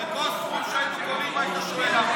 הרי כל סכום שהיינו קובעים היית שואל למה,